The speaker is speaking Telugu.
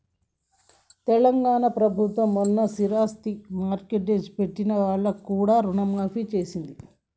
తెలంగాణ ప్రభుత్వం మొన్న స్థిరాస్తి మార్ట్గేజ్ పెట్టిన వాళ్లకు కూడా రుణమాఫీ చేసింది